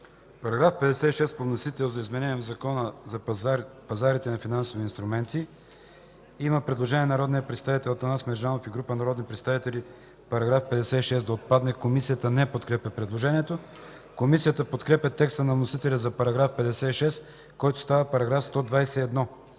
Параграф 56 по вносител е за изменение в Закона за пазарите на финансови инструменти. Предложение на народния представител Атанас Мерджанов и група народни представители –§ 56 да отпадне. Комисията не подкрепя предложението. Комисията подкрепя текста на вносителя за § 56, който става § 121.